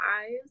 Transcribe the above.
eyes